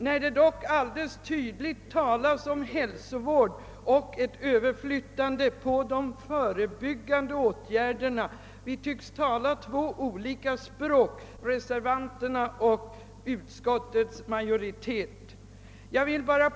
Det talas dock alldeles tydligt i reservationen om hälsovård och om ett överflyttande av resurser till de förebyggande åtgärderna. Reservanterna och utskottsmajoriteten tycks tala på olika språk.